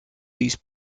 these